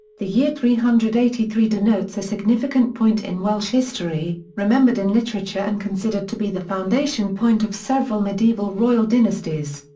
the year three hundred and eighty three denotes a significant point in welsh history, remembered in literature and considered to be the foundation point of several medieval royal dynasties.